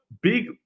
big